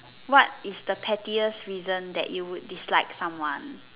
what is the pettiest reason that you would dislike someone